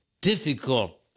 difficult